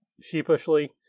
sheepishly